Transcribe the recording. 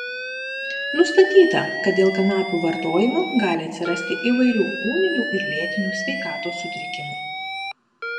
nustatyta kad dėl kanapių vartojimo gali atsirasti įvairių ūminių ir lėtinių sveikatos sutrikimų